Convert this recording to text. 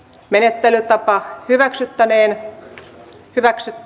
menettelytapaa hyväksyttäneen hyväksy